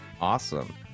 Awesome